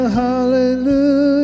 hallelujah